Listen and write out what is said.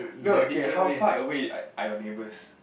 no okay how far away like are your neighbors